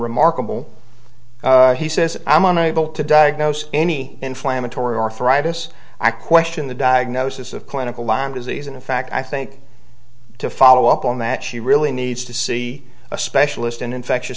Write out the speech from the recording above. unremarkable he says i'm unable to diagnose any inflammatory arthritis i question the diagnosis of clinical line disease and in fact i think to follow up on that she really needs to see a specialist in infectious